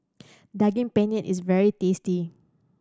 Daging Penyet is very tasty